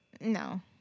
No